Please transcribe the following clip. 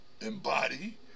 embody